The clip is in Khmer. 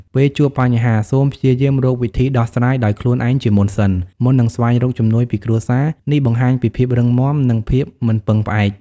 ពេលជួបបញ្ហា សូមព្យាយាម រកវិធីដោះស្រាយដោយខ្លួនឯងជាមុនសិន មុននឹងស្វែងរកជំនួយពីគ្រួសារ នេះបង្ហាញពីភាពរឹងមាំ និងភាពមិនពឹងផ្អែក។